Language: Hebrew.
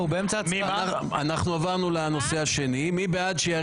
הוא גם שומע עכשיו מוזיקה כשאני